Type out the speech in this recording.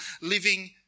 Living